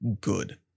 good